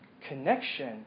connection